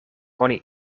oni